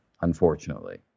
unfortunately